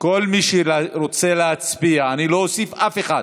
כל מי שרוצה להצביע, אני לא אוסיף אף אחד,